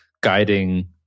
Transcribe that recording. guiding